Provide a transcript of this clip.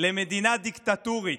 למדינה דיקטטורית,